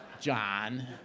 John